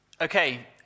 Okay